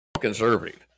conservative